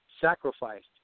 sacrificed